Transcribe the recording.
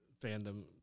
fandom